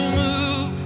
move